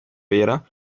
vera